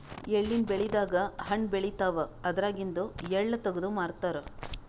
ಎಳ್ಳಿನ್ ಬೆಳಿದಾಗ್ ಹಣ್ಣ್ ಬೆಳಿತಾವ್ ಅದ್ರಾಗಿಂದು ಎಳ್ಳ ತಗದು ಮಾರ್ತಾರ್